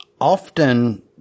often